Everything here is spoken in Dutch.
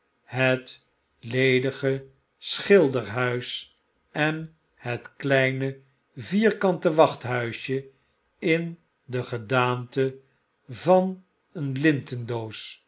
het ledige schilderhuis en het kleine vierkante wachthuisje in de gedaante van een